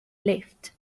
left